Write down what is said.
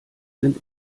sind